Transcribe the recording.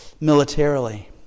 militarily